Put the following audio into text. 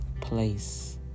place